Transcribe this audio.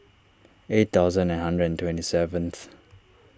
eight thousand nine hundred and twenty seventh